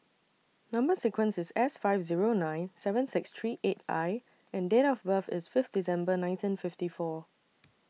Number sequence IS S five Zero nine seven six three eight I and Date of birth IS Fifth December nineteen fifty four